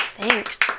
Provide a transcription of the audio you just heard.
Thanks